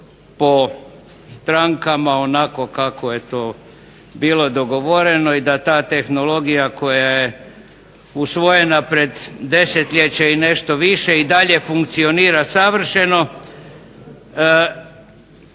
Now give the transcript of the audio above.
po strankama onako kako je to bilo dogovoreno i da ta tehnologija koja je usvojena pred desetljeće i nešto više i dalje funkcionira savršeno.